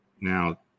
Now